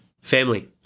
Family